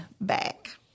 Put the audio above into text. back